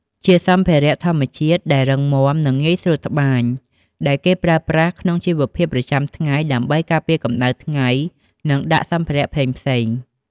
ជាសម្ភារៈធម្មជាតិដែលរឹងមាំ និងងាយស្រួលត្បាញ ដែលគេប្រើប្រាស់ក្នុងជីវភាពប្រចាំថ្ងៃ ដើម្បីការពារកម្ដៅថ្ងៃ និងដាក់សម្ភារៈផ្សេងៗ។